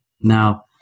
Now